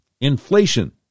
inflation